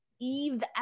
eve